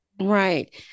Right